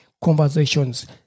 conversations